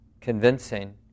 convincing